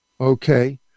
okay